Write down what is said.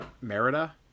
Merida